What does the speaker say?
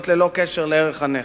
וזאת ללא קשר לערך הנכס.